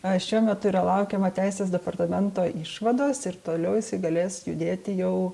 a šiuo metu yra laukiama teisės departamento išvados ir toliau jisai galės judėti jau